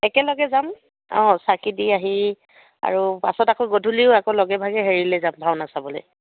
একেলগে যাম অঁ চাকি দি আহি আৰু পাছত আকৌ গধূলিও আকৌ লগে ভাগে হেৰিলৈ যাম ভাওনা চাবলৈ